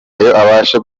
abashe